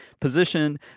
position